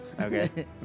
Okay